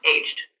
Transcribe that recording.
aged